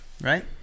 Right